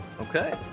Okay